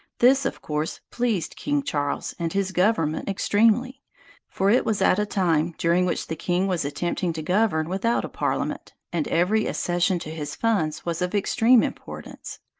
this, of course, pleased king charles and his government extremely for it was at a time during which the king was attempting to govern without a parliament, and every accession to his funds was of extreme importance.